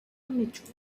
mitchell